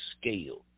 scale